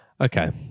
Okay